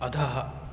अधः